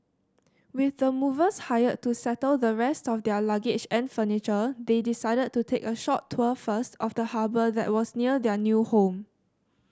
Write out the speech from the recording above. with the movers hired to settle the rest of their luggage and furniture they decided to take a short tour first of the harbour that was near their new home